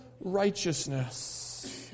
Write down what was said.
righteousness